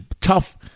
tough